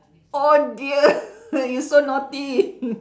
oh dear you so naughty